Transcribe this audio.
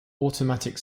automatic